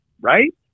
right